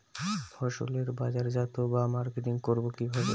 ফসলের বাজারজাত বা মার্কেটিং করব কিভাবে?